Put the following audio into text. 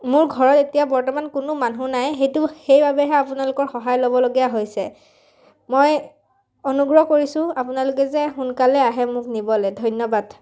মোৰ ঘৰত এতিয়া বৰ্তমান কোনো মানুহ নাই সেইটো সেইবাবেহে আপোনালোকৰ সহায় ল'বলগীয়া হৈছে মই অনুগ্ৰহ কৰিছোঁ আপোনালোকে যে সোনকালে আহে মোক নিবলৈ ধন্যবাদ